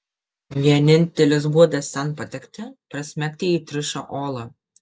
vienintelis būdas ten patekti prasmegti į triušio olą